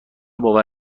باور